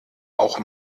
auch